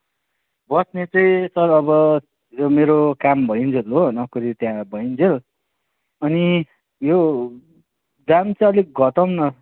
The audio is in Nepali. बस्ने चाहिँ सर अब यो मेरो काम भइन्जेल हो नोकरी त्यहाँ भइन्जेल अनि यो दाम चाहिँ अलिक घटाउँ न